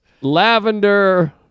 lavender